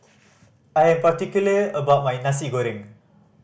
I'm particular about my Nasi Goreng